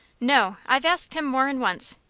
no i've asked him more'n once.